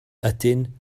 ydyn